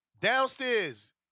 Downstairs